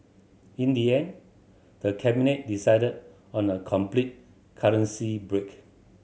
in the end the Cabinet decided on a complete currency break